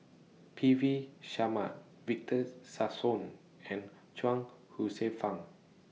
P V Sharma Victor Sassoon and Chuang Hsueh Fang